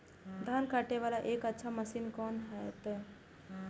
धान कटे वाला एक अच्छा मशीन कोन है ते?